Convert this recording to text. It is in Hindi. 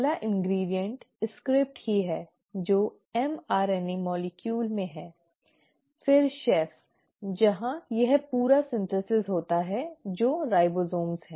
पहला इन्ग्रीडीअन्ट स्क्रिप्ट ही है जो mRNA अणु में है फिर शेफ जहां यह पूरा संश्लेषण होता है जो राइबोसोम हैं